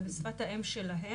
זה בשפת האם שלהם.